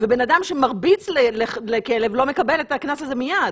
ובן אדם שמרביץ לכלב לא מקבל את הקנס הזה מיד?